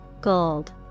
gold